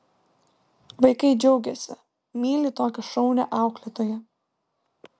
vaikai džiaugiasi myli tokią šaunią auklėtoją